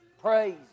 Praise